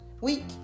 Week